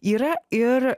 yra ir